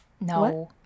no